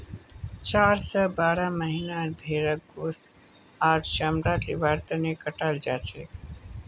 चार स बारह महीनार भेंड़क गोस्त आर चमड़ा लिबार तने कटाल जाछेक